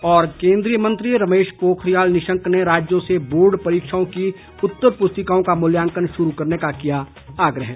और केंद्रीय मंत्री रमेश पोखरियाल निशंक ने राज्यों से बोर्ड परीक्षाओं की उत्तर पुस्तिकाओं का मूल्यांकन शुरू करने का किया आग्रह